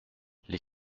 les